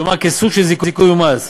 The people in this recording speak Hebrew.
כלומר כסוג של זיכוי ממס.